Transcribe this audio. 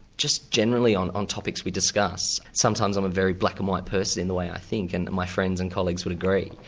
just generally on on topics we discuss, sometimes i'm a very black and white person in the way i think, and my friends and colleagues would agree.